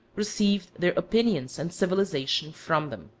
received their opinions and civilization from them.